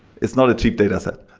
it's not a cheap dataset.